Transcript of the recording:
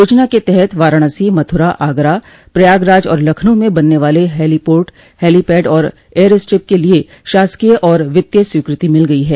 योजना के तहत वाराणसी मथ्रा आगरा प्रयागराज और लखनऊ में बनने वाले हेलीपोर्ट हेलीपैड और एयरस्ट्रिप के लिये शासकीय और वित्तीय स्वीकृति मिल गई है